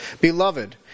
Beloved